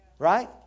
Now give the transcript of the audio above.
Right